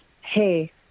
hey